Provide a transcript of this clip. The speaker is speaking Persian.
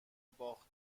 باخت